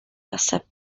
accept